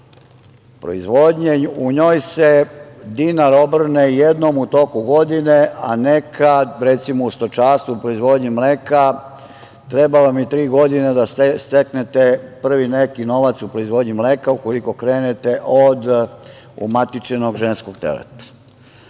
u njoj se dinar obrne jednom u toku godine, a nekada, recimo u stočarstvu, proizvodnji mleka, treba vam i tri godine da steknete prvi neki novac u proizvodnji mleka, ukoliko krenete od umatičenog ženskog teleta. Takva